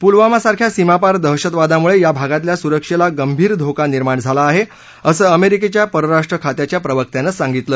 पुलवामा सारख्या सीमापार दहशदवादामुळे या भागातल्या सुरक्षेला गंभीर धोका निर्माण झाला आहे असं अमेरिकेच्या परराष्ट्र खात्याच्या प्रवक्त्यानं सांगितलं